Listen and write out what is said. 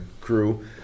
crew